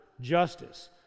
justice